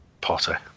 Potter